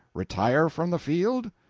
retire from the field?